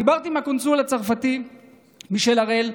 דיברתי עם הקונסול הצרפתי מישל הראל,